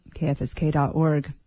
kfsk.org